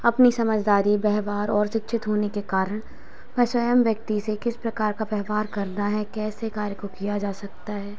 अपनी समझदारी व्यवहार और सिक्षित होने के कारण वह स्वयं व्यक्ति से किस प्रकार का व्यव्हार करना है कैसे कार्य को किया जा सकता है